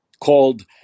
called